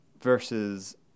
versus